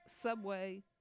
subway